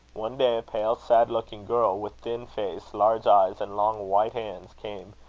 one day a pale, sad-looking girl, with thin face, large eyes, and long white hands, came,